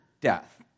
death